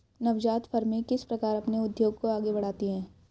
नवजात फ़र्में किस प्रकार अपने उद्योग को आगे बढ़ाती हैं?